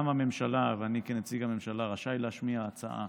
גם הממשלה, ואני כנציג הממשלה, רשאית להשמיע הצעה